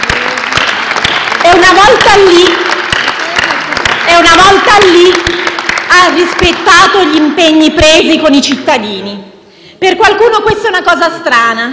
E una volta lì, ha rispettato gli impegni presi con i cittadini. Per qualcuno questa è una cosa strana,